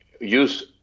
use